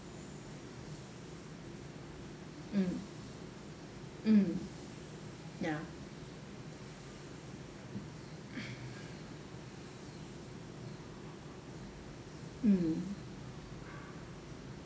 mm mm ya mm